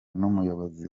n’umuyobozi